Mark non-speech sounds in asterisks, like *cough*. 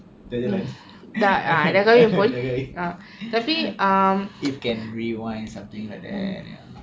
dah jalan *laughs* dah kahwin if can rewind something like that ya